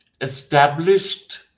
established